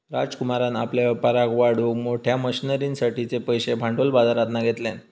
राजकुमारान आपल्या व्यापाराक वाढवूक मोठ्या मशनरींसाठिचे पैशे भांडवल बाजरातना घेतल्यान